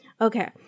Okay